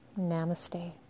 Namaste